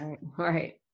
Right